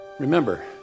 Remember